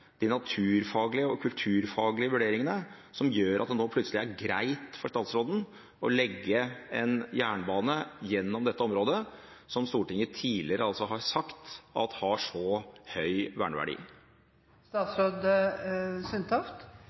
de naturfaglige og kulturfaglige vurderingene, som gjør at det nå plutselig er greit for statsråden å legge en jernbane gjennom dette området, som Stortinget tidligere har sagt at har så høy